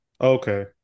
okay